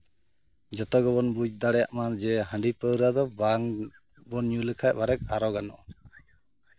ᱡᱚᱛᱚ ᱜᱮᱵᱚᱱ ᱵᱩᱡ ᱫᱟᱲᱮᱭᱟᱜ ᱢᱟ ᱡᱮ ᱦᱟᱺᱰᱤ ᱯᱟᱹᱣᱨᱟᱹ ᱫᱚ ᱵᱟᱝᱵᱚᱱ ᱧᱩ ᱞᱮᱠᱷᱟᱡ ᱵᱟᱨᱮᱠ ᱟᱨᱚ ᱜᱟᱱᱚᱜᱼᱟ